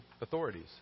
authorities